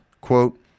Quote